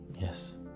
Yes